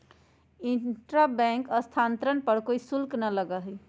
intra bank स्थानांतरण पर कोई शुल्क ना लगा हई